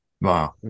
Wow